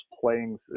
playing